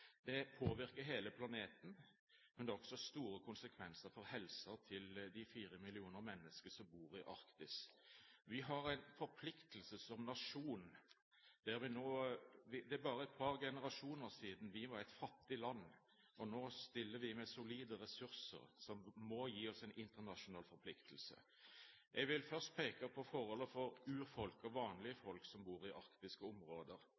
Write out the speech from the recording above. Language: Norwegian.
Det påvirker hele planeten, men det har også store konsekvenser for helsen til de fire millioner menneskene som bor i Arktis. Vi har en forpliktelse som nasjon. Det er bare et par generasjoner siden vi var et fattig land. Nå stiller vi med solide ressurser som må gi oss en internasjonal forpliktelse. Jeg vil først peke på forholdene for urfolk og vanlige folk som bor i arktiske områder.